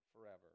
forever